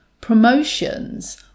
promotions